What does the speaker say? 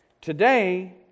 Today